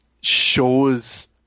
Shows